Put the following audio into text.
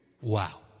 Wow